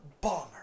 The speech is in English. bomber